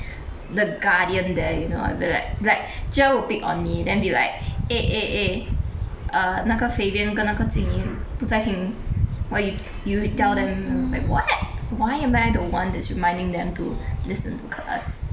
the guardian there you know I'll be like like cher will pick on me then be like eh eh eh uh 那个 fabian 跟那个 jing yi 不在听 why you you tell them I was like what why am I the one that's reminding them to listen to class